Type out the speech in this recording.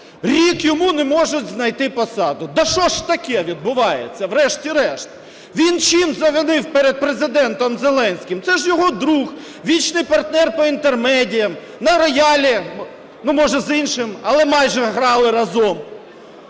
рік йому не можуть знайти посаду! Та що ж таке відбувається врешті-решт! Він чим завинив перед Президентом Зеленським? Це ж його друг, вічний партнер по інтермедіям, на роялі, ну, може, з іншим, але майже грали разом.